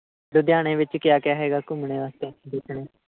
ਲੁਧਿਆਣੇ ਵਿੱਚ ਕਿਆ ਕਿਆ ਹੈਗਾ ਘੁੰਮਣ ਵਾਸਤੇ ਦੇਖਣ ਨੂੰ